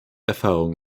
erfahrung